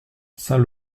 saint